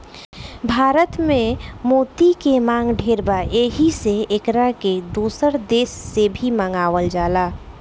भारत में मोती के मांग ढेर बा एही से एकरा के दोसर देश से भी मंगावल जाला